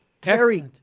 Terry